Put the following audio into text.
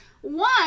One